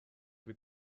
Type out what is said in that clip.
with